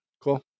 cool